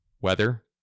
weather